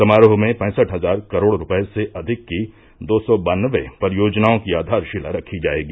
समारोह में पैसठ हजार करोड़ रूपये से अधिक की दो सौ बान्नवे परियोजनाओं की आधारशिला रखी जायेगी